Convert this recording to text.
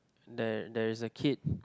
there there is a kid